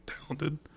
talented